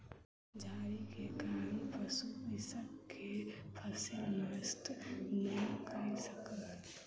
झाड़ी के कारण पशु कृषक के फसिल नष्ट नै कय सकल